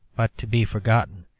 but to be forgotten,